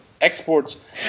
exports